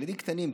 ילדים קטנים,